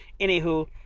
anywho